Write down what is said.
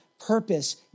purpose